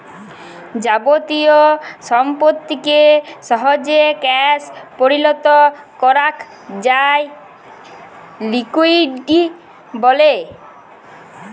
যাবতীয় সম্পত্তিকে সহজে ক্যাশ পরিলত করাক যায় লিকুইডিটি ব্যলে